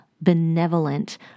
benevolent